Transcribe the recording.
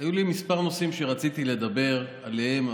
היו לי כמה נושאים שרציתי לדבר עליהם,